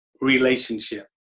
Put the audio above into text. relationship